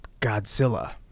Godzilla